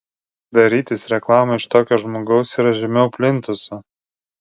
darytis reklamą iš tokio žmogaus yra žemiau plintuso